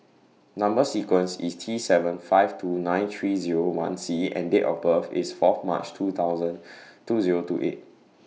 Number sequence IS T seven five two nine three Zero one C and Date of birth IS Fourth March two thousand two Zero two eight